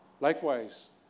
Likewise